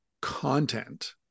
content